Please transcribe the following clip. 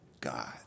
God